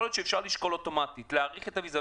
יכול להיות שאפשר לשקול אוטומטית להאריך את הוויזה,